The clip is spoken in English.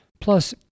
Plus